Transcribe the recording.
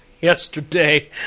yesterday